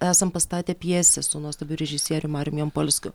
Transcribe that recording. esam pastatę pjesę su nuostabiu režisierium marium jampolskiu